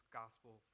gospel